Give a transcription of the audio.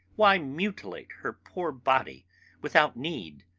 why mutilate her poor body without need?